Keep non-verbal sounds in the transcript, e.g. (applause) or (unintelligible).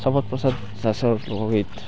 (unintelligible) লোকগীত